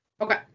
okay